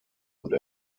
und